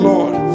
Lord